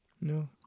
No